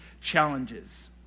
challenges